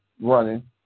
running